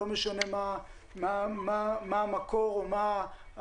לא משנה מה המקור או מה המגזר